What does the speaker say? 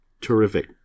Terrific